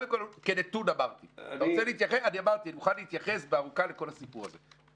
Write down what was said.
אני מוכן להתייחס באריכות לכל הסיפור הזה,